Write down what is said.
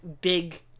big